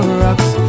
rocks